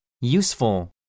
Useful